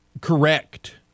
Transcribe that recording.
correct